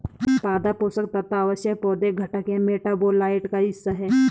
पादप पोषण तत्व आवश्यक पौधे घटक या मेटाबोलाइट का हिस्सा है